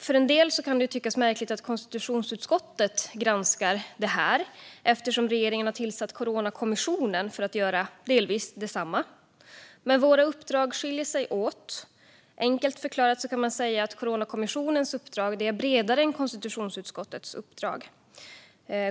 För en del kan det tyckas märkligt att konstitutionsutskottet granskar det här, eftersom regeringen har tillsatt Coronakommissionen för att göra delvis detsamma. Men våra uppdrag skiljer sig åt. Enkelt förklarat kan man säga att Coronakommissionens uppdrag är bredare än konstitutionsutskottets uppdrag.